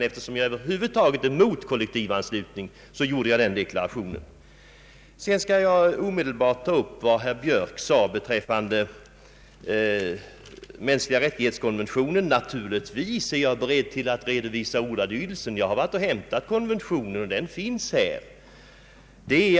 Eftersom jag över huvud taget är emot kollektivanslutning, gjorde jag den deklarationen. Sedan vill jag omedelbart ta upp vad herr Björk sade beträffande konventionen om de mänskliga rättigheterna. Naturligtvis är jag beredd att redovisa ordalydelsen. Jag har varit och hämtat konventionen och har den här.